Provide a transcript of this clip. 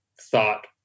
thought